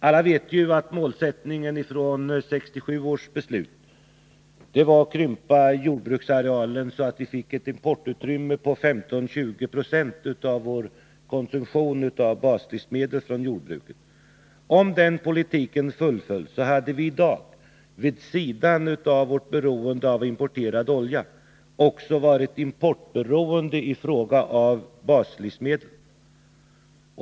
Alla vet ju att målsättningen i samband med 1967 års jordbrukspolitiska beslut var att krympa jordbruksarealen, så att vi skulle få ett importutrymme på 15-20 26 av vår konsumtion av baslivsmedel från jordbruket. Om den politiken hade fullföljts skulle vi i dag vid sidan av vårt beroende av importerad olja också ha varit importberoende i fråga om baslivsmedel.